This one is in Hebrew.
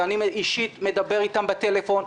ואני אישית מדבר איתם בטלפון.